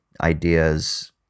ideas